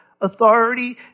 authority